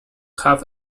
half